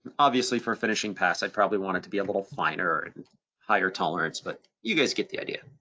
obviously for finishing pass i'd probably want it to be a little finer and higher tolerance, but you guys get the idea.